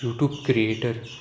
YouTube creator